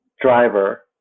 driver